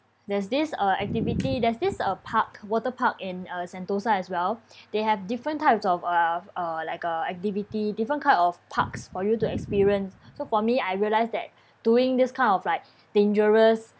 there's this uh activity there's this a park water park in uh sentosa as well they have different types of uh uh like uh activity different kind of parks for you to experience so for me I realise that doing this kind of like dangerous